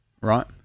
right